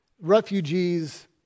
refugees